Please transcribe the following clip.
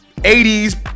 80's